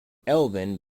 elven